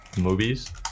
Movies